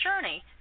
journey